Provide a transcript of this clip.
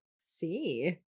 See